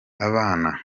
abana